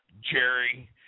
Jerry